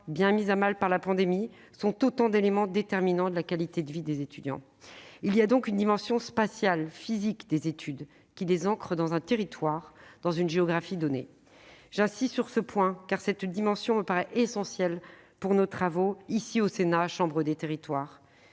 bien mise à mal par la pandémie, sont autant d'éléments déterminants pour la qualité de vie des étudiants. Il y a donc une dimension spatiale, physique, des études, qui les ancre dans un territoire, dans une géographie donnée. J'insiste sur ce point, car cette dimension me paraît essentielle aux travaux du Sénat, chambre des territoires.